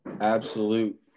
absolute